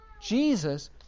Jesus